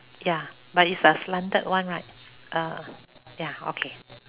ya but it's a slanted one right uh ya okay